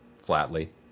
Flatly